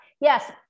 yes